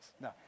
No